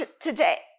today